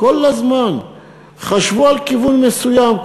כל הזמן חשבו על כיוון מסוים,